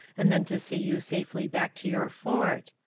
and then to see you safely back to your fort.